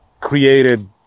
created